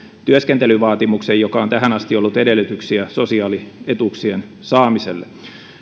työskentelyvaatimuksen joka on tähän asti ollut edellytyksenä sosiaalietuuksien saamiselle